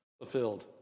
fulfilled